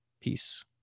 Peace